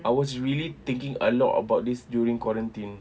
I was really thinking a lot about this during quarantine